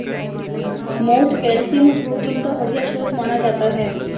मोठ कैल्शियम और प्रोटीन का बढ़िया स्रोत माना जाता है